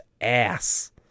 ass